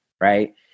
right